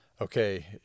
okay